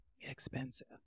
expensive